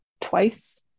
twice